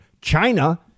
China